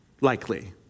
likely